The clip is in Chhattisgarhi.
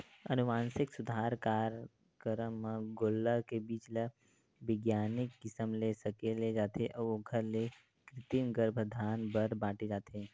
अनुवांसिक सुधार कारयकरम म गोल्लर के बीज ल बिग्यानिक किसम ले सकेले जाथे अउ ओखर ले कृतिम गरभधान बर बांटे जाथे